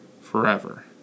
forever